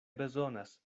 bezonas